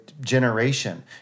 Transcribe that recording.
generation